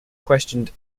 questioned